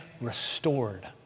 restored